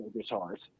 guitars